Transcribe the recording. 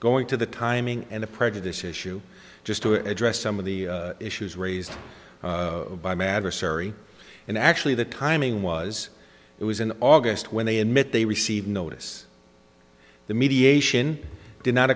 going to the timing and a prejudice issue just to address some of the issues raised by matter sorry and actually the timing was it was in august when they admit they received notice the mediation did not